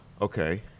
Okay